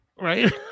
Right